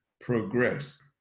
progress